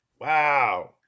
Wow